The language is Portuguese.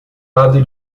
lado